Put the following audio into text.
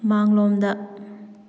ꯃꯥꯡꯂꯣꯝꯗ